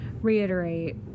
reiterate